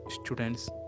students